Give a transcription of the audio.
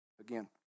again